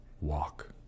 walk